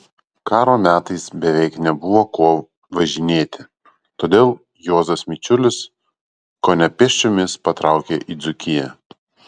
karo metais beveik nebuvo kuo važinėti todėl juozas mičiulis kone pėsčiomis patraukė į dzūkiją